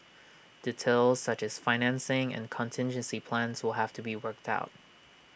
details such as financing and contingency plans will have to be worked out